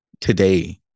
today